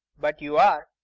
but you are.